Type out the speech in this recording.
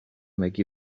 make